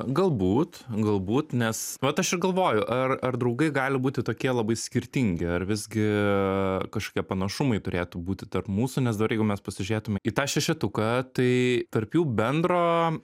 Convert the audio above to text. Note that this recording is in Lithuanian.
galbūt galbūt nes vat aš ir galvoju ar ar draugai gali būti tokie labai skirtingi ar visgi kažkokie panašumai turėtų būti tarp mūsų nes dabar jeigu mes pasižiūrėtume į tą šešetuką tai tarp jų bendro